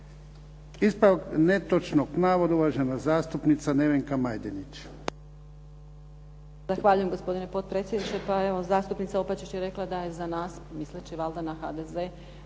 Ispravak netočnog navoda uvažena zastupnica Nevenka Majdenić.